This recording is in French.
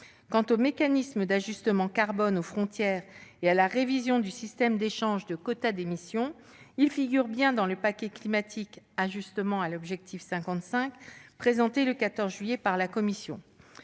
Quant au mécanisme d'ajustement carbone aux frontières et à la révision du système d'échange de quotas d'émission, ils figurent bien dans le paquet climatique « Ajustement à l'objectif 55 » présenté le 14 juillet par la Commission.